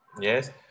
Yes